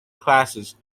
classes